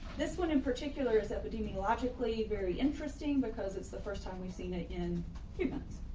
this one in particular is epidemiologically. very interesting, because it's the first time we've seen it in humans.